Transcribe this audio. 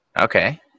okay